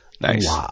Nice